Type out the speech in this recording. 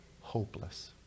hopeless